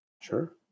Sure